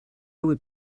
would